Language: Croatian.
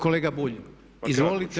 Kolega Bulj, izvolite.